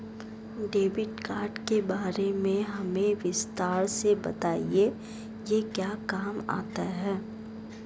Debit card के बारे में हमें विस्तार से बताएं यह क्या काम आता है?